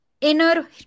inner